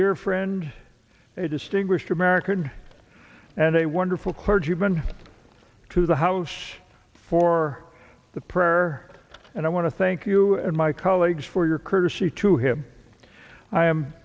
dear friend a distinguished american and a wonderful clergyman to the house for the prayer and i want to thank you and my colleagues for your courtesy to him i am